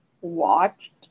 watched